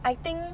I think